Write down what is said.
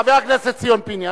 חבר הכנסת ציון פיניאן,